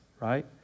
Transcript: right